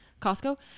Costco